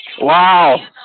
Wow